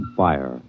fire